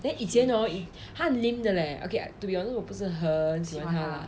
以前 hor 她很 lame 的 leh to be honest 我不是很喜欢她啦